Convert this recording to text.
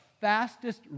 fastest